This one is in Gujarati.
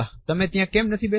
તમે ત્યાં કેમ નથી બેસતા